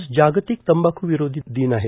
आज जागतिक तंबाखू विरोधी दिन आहे